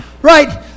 Right